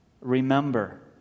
Remember